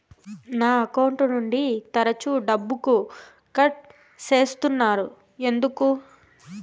నా అకౌంట్ నుండి తరచు డబ్బుకు కట్ సేస్తున్నారు ఎందుకు